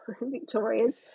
Victoria's